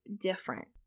different